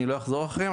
אני לא אחזור עליהם,